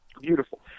beautiful